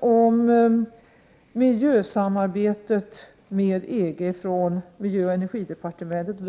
om samarbetet med EG när det gäller miljön.